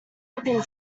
hoping